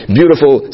beautiful